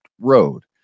Road